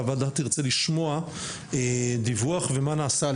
והוועדה תרצה לשמוע דיווח ומה נעשה על